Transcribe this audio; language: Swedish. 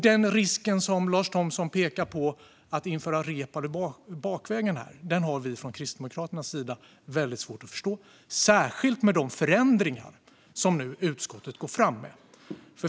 Den risk som Lars Thomsson pekar på när det gäller att införa Reepalu bakvägen har vi från Kristdemokraternas sida väldigt svårt att förstå, särskilt med de förändringar som utskottet nu går fram med.